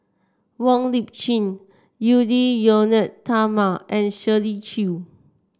Wong Lip Chin Edwy Lyonet Talma and Shirley Chew